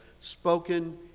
spoken